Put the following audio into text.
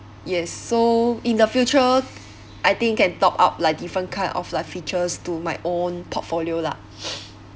yes so in the future I think can top up like different kind of like features to my own portfolio lah